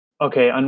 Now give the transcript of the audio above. Okay